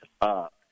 up